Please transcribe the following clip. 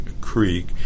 Creek